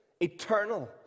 eternal